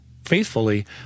Faithfully